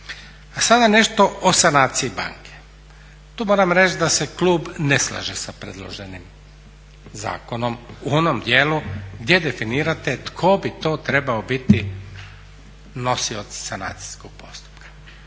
A sada nešto o sanaciji banke. Tu moram reći da se klub ne slaže sa predloženim zakonom u onom djelu gdje definirate tko bi to trebao biti nosioc sanacijskog postupka.